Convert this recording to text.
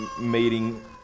meeting